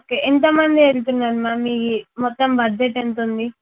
okay ఎంతమంది వెళ్తున్నారు ma'am ఈ మొత్తం బడ్జెట్ ఎంత ఉంది